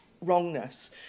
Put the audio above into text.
wrongness